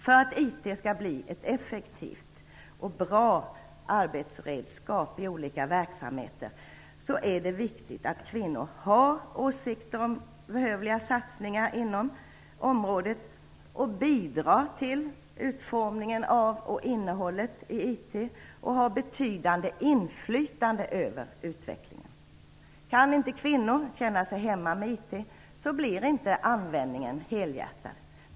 För att IT skall bli ett effektivt och bra arbetsredskap i olika verksamheter är det viktigt att kvinnor har åsikter om behövliga satsningar inom området, att de bidrar till utformningen av, och innehållet i, IT och att de har ett betydande inflytande över utvecklingen. Kan inte kvinnor känna sig hemma med IT blir inte användningen helhjärtad.